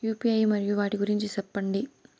UPI మరియు వాటి గురించి సెప్పండి?